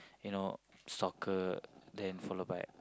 you know soccer then follow by